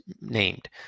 named